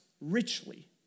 richly